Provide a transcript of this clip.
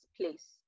place